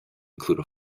include